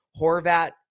Horvat